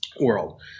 world